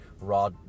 raw